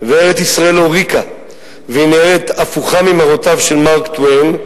וארץ-ישראל הוריקה והיא נראית הפוכה ממראותיו של מארק טוויין,